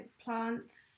plants